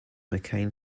mccain